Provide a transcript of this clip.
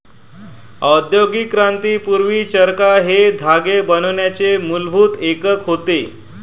औद्योगिक क्रांती पूर्वी, चरखा हे धागे बनवण्याचे मूलभूत एकक होते